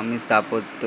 আমি স্থাপত্য